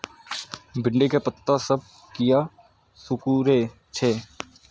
भिंडी के पत्ता सब किया सुकूरे छे?